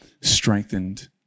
strengthened